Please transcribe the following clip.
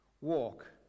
walk